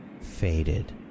faded